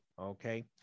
Okay